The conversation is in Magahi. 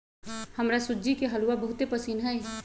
हमरा सूज्ज़ी के हलूआ बहुते पसिन्न हइ